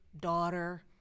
daughter